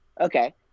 Okay